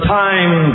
time